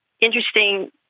interesting